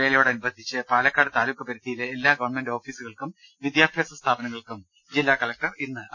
വേലയോടനുബന്ധിച്ച് പാലക്കാട് താലൂക്ക് പരിധിയിലെ എല്ലാ ഗവൺമെന്റ് ഓഫീസുകൾക്കും വിദ്യാഭ്യാസ സ്ഥാപനങ്ങൾക്കും ജില്ലാ കളക്ടർ അവധി പ്രഖ്യാപിച്ചു